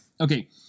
Okay